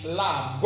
love